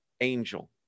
angel